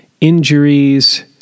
injuries